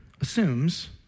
assumes